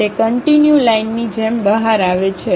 તે કંટીન્યુ લાઇનની જેમ બહાર આવે છે